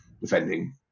defending